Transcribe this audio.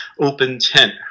open-tent